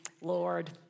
Lord